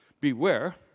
Beware